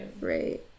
Right